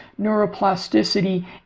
neuroplasticity